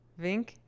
vink